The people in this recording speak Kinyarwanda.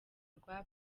rwa